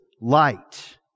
light